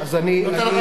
הנה,